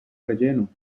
relleno